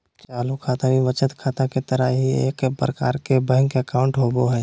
चालू खाता भी बचत खाता के तरह ही एक प्रकार के बैंक अकाउंट होबो हइ